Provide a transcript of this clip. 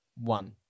One